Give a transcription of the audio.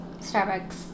Starbucks